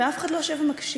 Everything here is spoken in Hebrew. ואף אחד לא יושב ומקשיב?